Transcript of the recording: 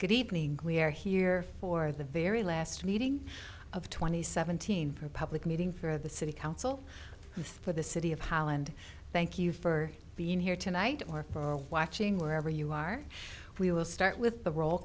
good evening we are here for the very last meeting of twenty seventeen for a public meeting for the city council for the city of holland thank you for being here tonight or for watching wherever you are we will start with the roll